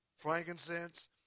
frankincense